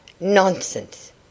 Nonsense